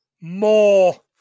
more